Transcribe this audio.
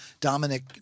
Dominic